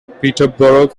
peterborough